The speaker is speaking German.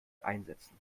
einsetzen